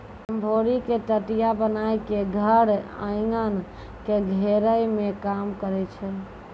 गभोरी के टटया बनाय करी के धर एगन के घेरै मे काम करै छै